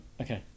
Okay